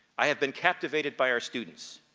i have been captivated by our students.